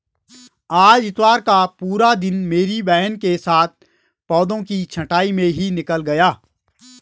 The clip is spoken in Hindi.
आज इतवार का पूरा दिन मेरी बहन के साथ पौधों की छंटाई में ही निकल गया